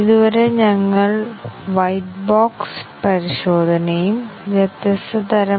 ഇപ്പോൾ ഞങ്ങൾ ചില വൈറ്റ് ബോക്സ് ടെസ്റ്റിംഗ് ടെക്നിക്കുകൾ നോക്കാൻ തുടങ്ങും